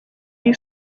iyi